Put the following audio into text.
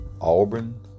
Auburn